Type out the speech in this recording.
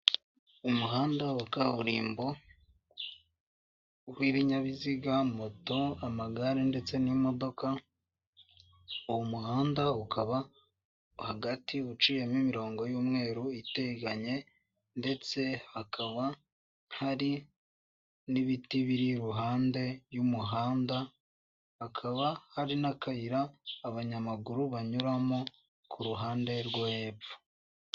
Umuhanda wa kaburimbo w'ibinyabiziga moto, amagare ndetse n'imodoka, uwo muhanda ukaba hagati uciyemo imirongo y'umweru itegenaye ndetse hakaba n'ibiti biri iruhande y'umuhanda, hakaba hari n'akayira abanyamaguru banyuramo kuruhande rwo hepfo.